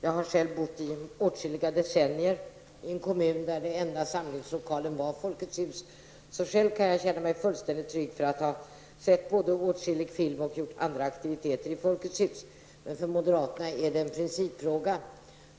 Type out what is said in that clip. Jag har själv i åtskilliga år bott i en kommun där den enda samlingslokalen var Folkets Hus. Själv har jag sett både åtskilliga filmer och deltagit i andra aktiviteter i Folkets Hus. För moderaterna är detta en principfråga.